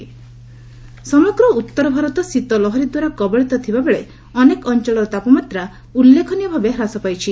cold wave ସମଗ୍ର ଉତ୍ତରଭାରତ ଶୀତଲହରି ଦ୍ୱାରା କବଳିତ ଥିବା ବେଳେ ଅନେକ ଅଞ୍ଚଳର ତାପମାତ୍ରା ଉଲ୍ଲେଖନୀୟ ଭାବେ ହ୍ରାସ ପାଇଛି